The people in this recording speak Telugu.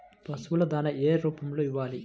పశువుల దాణా ఏ రూపంలో ఇవ్వాలి?